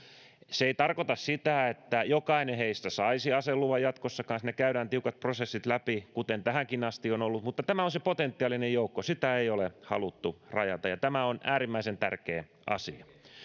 se ei tarkoita sitä että jokainen heistä saisi aseluvan jatkossakaan siinä käydään tiukat prosessit läpi kuten tähänkin asti on ollut mutta tämä on se potentiaalinen joukko sitä ei ole haluttu rajata ja tämä on äärimmäisen tärkeä asia